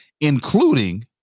including